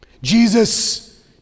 Jesus